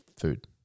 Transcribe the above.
food